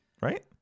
right